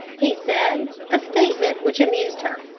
he said, a statement which amused her.